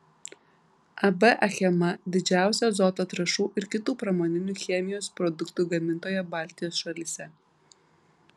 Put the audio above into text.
ab achema didžiausia azoto trąšų ir kitų pramoninių chemijos produktų gamintoja baltijos šalyse